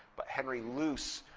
but henry luce,